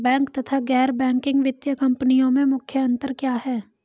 Bank तथा गैर banking वित्तीय कंपनियों में मुख्य अंतर क्या है?